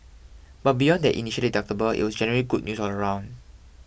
but beyond that initial deductible it was generally good news all round